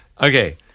Okay